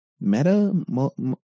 Meta